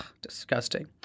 Disgusting